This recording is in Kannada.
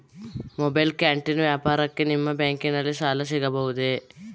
ಮೊಬೈಲ್ ಕ್ಯಾಂಟೀನ್ ವ್ಯಾಪಾರಕ್ಕೆ ನಿಮ್ಮ ಬ್ಯಾಂಕಿನಲ್ಲಿ ಸಾಲ ಸಿಗಬಹುದೇ?